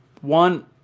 One